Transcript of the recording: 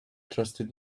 trusted